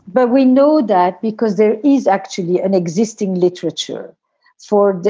but we know that because there is actually an existing literature for,